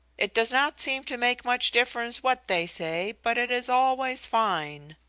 it does not seem to make much difference what they say, but it is always fine.